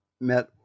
met